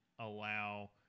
allow